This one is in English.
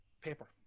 paper